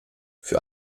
für